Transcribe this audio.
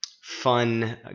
fun